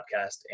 podcast